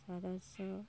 সদস্য